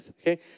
Okay